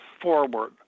forward